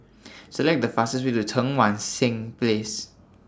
Select The fastest Way to Cheang Wan Seng Place